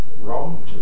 wrong